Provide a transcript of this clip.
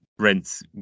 rents